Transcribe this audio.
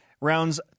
Rounds